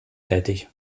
tätig